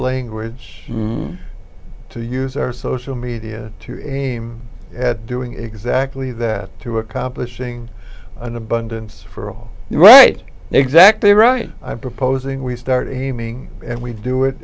language to use our social media to at doing exactly that to accomplishing an abundance for all the right exactly right i'm proposing we start healing and we do it